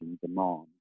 demand